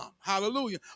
Hallelujah